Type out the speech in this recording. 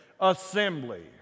assembly